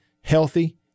healthy